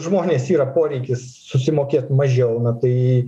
žmonės yra poreikis susimokėt mažiau na tai